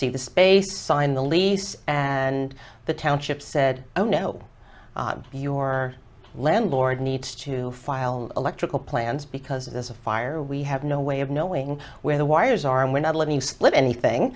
see the space sign the lease and the township said oh no your landlord needs to file electrical plans because of this fire we have no way of knowing where the wires are and we're not letting split anything